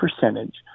percentage